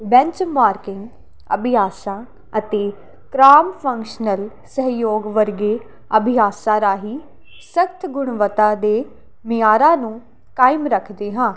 benchmarking ਅਭਿਆਸਾਂ ਅਤੇ cross functional ਸਹਿਯੋਗ ਵਰਗੇ ਅਭਿਆਸਾਂ ਰਾਹੀਂ ਸਖਤ ਗੁਣਵੱਤਾ ਦੇ ਮਿਆਰਾਂ ਨੂੰ ਕਾਇਮ ਰੱਖਦੇ ਹਾਂ